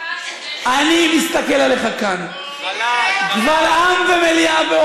אני מסתכל עליך כאן, קבל עם ומליאה, חלש, חלש.